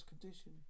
condition